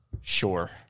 Sure